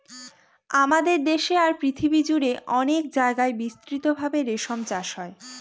আমাদের দেশে আর পৃথিবী জুড়ে অনেক জায়গায় বিস্তৃত ভাবে রেশম চাষ হয়